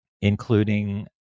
including